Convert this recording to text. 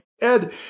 Ed